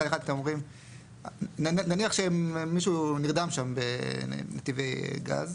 נניח שמישהו נרדם שם בנתיבי הגז,